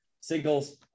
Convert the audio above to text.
singles